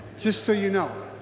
just so you know.